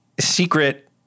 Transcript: secret